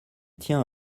tient